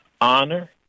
honor